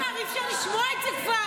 די כבר, אי-אפשר לשמוע את זה כבר.